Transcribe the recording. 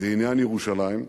בעניין ירושלים,